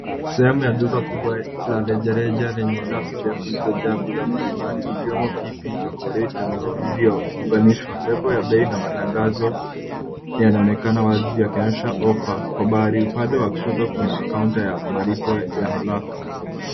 Sehemu ya duka kubwa la rejareja, lenye rafu ndefu zilizojaa bidhaa mbalimbali ikiwemo pipi, chokoleti, na vitu vilivyo unganishwa. Lebo ya bei na matangazo yanaonekana wazi yakionyesha ofa kwa mbali. Upande wa kushoto kuna kaunta ya malipo ya haraka.